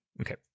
Okay